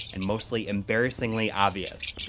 and mostly embarrassingly obvious.